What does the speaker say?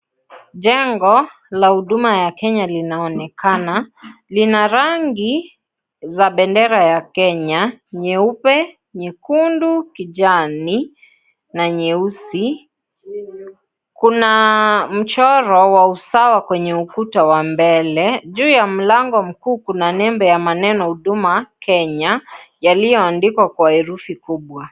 Jengo la huduma ya Kenya linaonekana. Lina rangi za bendera ya Kenya, nyeupe, nyekundu, kijani na nyeusi. Kuna mchoro wa usawa kwenye ukuta wa mbele. Juu ya mlango mkuu, kuna nembo ya maneno, Huduma Kenya, yaliyoandikwa kwa herufi kubwa.